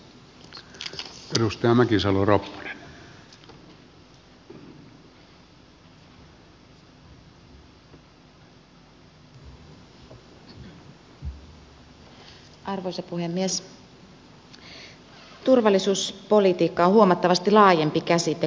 turvallisuuspolitiikka on huomattavasti laajempi käsite kuin puolustuspolitiikka